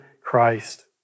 Christ